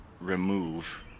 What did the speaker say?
remove